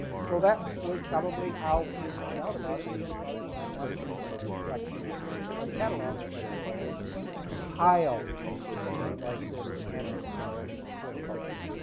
so that was probably how he found out about it was because he had that substantial collection of catalogs that he could compile something like this annals of horticulture.